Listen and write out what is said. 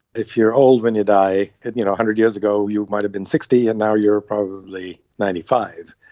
if you are old when you die, one and you know hundred years ago you might have been sixty and now you are probably ninety five.